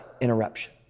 interruption